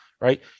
right